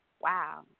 wow